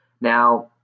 Now